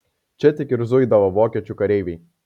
čia tik ir zuidavo vokiečių kareiviai